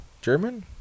German